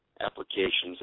applications